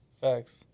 facts